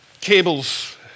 cables